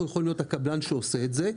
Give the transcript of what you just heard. אנחנו יכולים להיות הקבלן שעושה את זה.